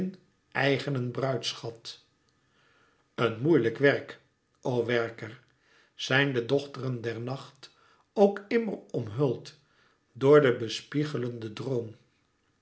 eigenen bruidsschat een moeilijk werk o werker zijn de dochteren der nacht ook immer omhuld door den bespiegelenden droom